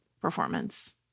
performance